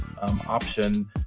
option